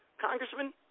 Congressman